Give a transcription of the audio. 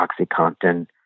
OxyContin